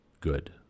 good